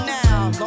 now